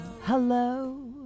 Hello